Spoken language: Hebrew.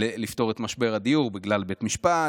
לפתור את משבר הדיור, בגלל בית משפט,